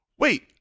Wait